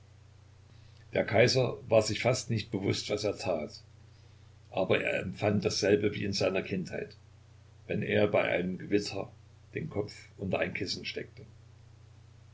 der kaiser war sich fast nicht bewußt was er tat aber er empfand dasselbe wie in seiner kindheit wenn er bei einem gewitter den kopf unter ein kissen steckte